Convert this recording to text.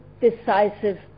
decisive